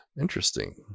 interesting